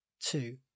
two